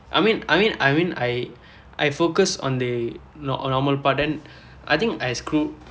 I mean I mean I mean I I focus on the normal part then I think as crew